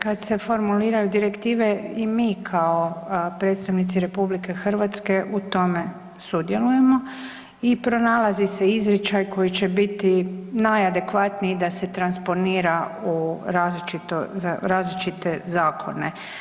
Kada se formuliraju direktive i mi kao predstavnici RH u tome sudjelujemo i pronalazi se izričaj koji će biti najadekvatniji da se transponira u različite zakone.